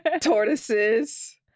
tortoises